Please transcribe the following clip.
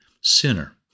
sinner